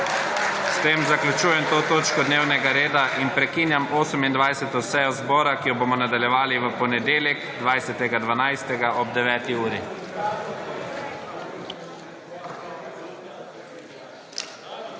S tem zaključujem to točko dnevnega reda in prekinjam 28. sejo zbora, ki jo bomo nadaljevali v ponedeljek, 20. 12. ob 9. uri.